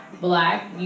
black